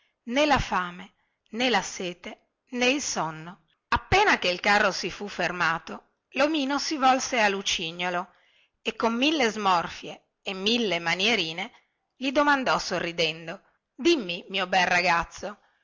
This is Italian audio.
né la fame né la sete né il sonno appena che il carro si fu fermato lomino si volse a lucignolo e con mille smorfie e mille manierine gli domandò sorridendo dimmi mio bel ragazzo